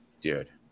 Dude